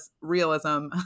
realism